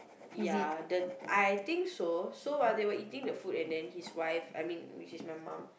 ya the I think so so while they were eating the food and then his wife I mean which is my mum